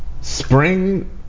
Spring